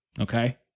Okay